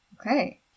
Okay